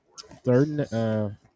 Third